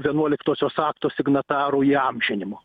vienuoliktosios akto signatarų įamžinimo